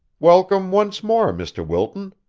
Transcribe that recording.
welcome once more, mr. wilton,